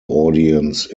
audience